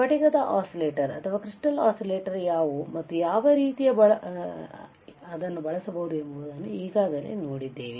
ಸ್ಫಟಿಕ ಆಸಿಲೇಟರ್ಗಳು ಯಾವುವು ಮತ್ತು ಯಾವ ರೀತಿಯ ಬಳಸಬಹುದು ಎಂಬುದನ್ನು ಈಗಾಗಲೇ ನೋಡಿದ್ದೇವೆ